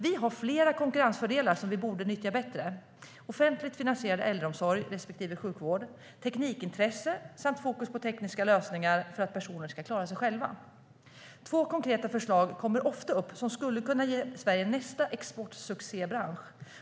Vi har flera konkurrensfördelar som vi borde nyttja bättre: offentligt finansierad äldreomsorg respektive sjukvård, teknikintresse samt fokus på tekniska lösningar för att personer ska klara sig själva. Två konkreta förslag kommer ofta upp som skulle kunna ge Sverige nästa exportsuccébransch.